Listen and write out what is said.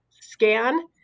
scan